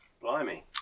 Blimey